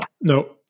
no